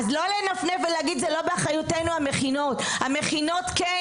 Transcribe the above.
אז לא לנפנף ולהגיד: "המכינות הן לא באחריותנו".